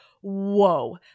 whoa